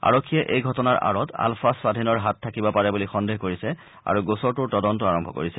আৰক্ষীয়ে এই ঘটনাৰ আঁৰত আলফা স্বাধীনৰ হাত থাকিব পাৰে বুলি সন্দেহ কৰিছে আৰু গোচৰটোৰ তদন্ত আৰম্ভ কৰিছে